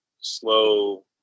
slow